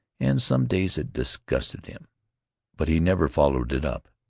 and some days it disgusted him but he never followed it up.